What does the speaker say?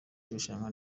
irushanwa